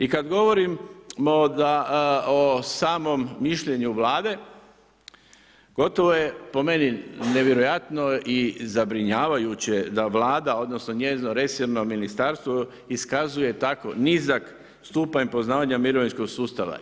I kada govorimo o samom mišljenju Vlade, gotovo je po meni nevjerojatno i zabrinjavajuće da Vlada odnosno njezino resorno ministarstvo, iskazuje tako nizak stupanj poznavanja mirovinskog sustava.